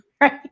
Right